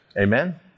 Amen